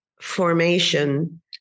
formation